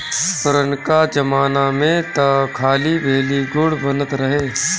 पुरनका जमाना में तअ खाली भेली, गुड़ बनत रहे